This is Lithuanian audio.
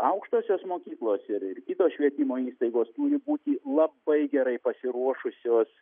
aukštosios mokyklos ir ir kitos švietimo įstaigos turi būti labai gerai pasiruošusios